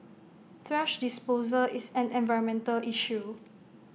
thrash disposal is an environmental issue